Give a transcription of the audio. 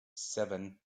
seven